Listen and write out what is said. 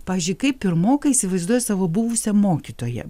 pavyzdžiui kaip pirmokai įsivaizduoja savo buvusią mokytoją